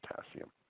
potassium